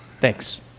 Thanks